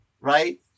right